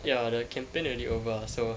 ya the campaign already over so